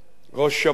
ראש שירות